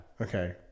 Okay